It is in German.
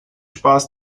spaß